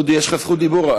דודי, יש לך זכות דיבור.